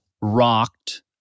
rocked